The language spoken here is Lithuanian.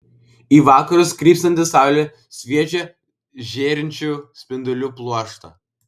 į vakarus krypstanti saulė sviedžia žėrinčių spindulių pluoštą